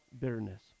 bitterness